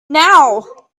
now